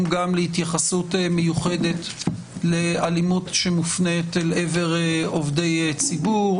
גם להתייחסות מיוחדת לאלימות שמופנית לעבר עובדי ציבור.